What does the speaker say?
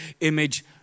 image